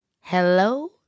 Hello